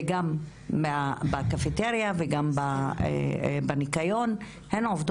זה גם עובדות מהקפיטריה, גם עובדות הניקיון.